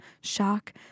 shock